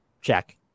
check